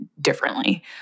differently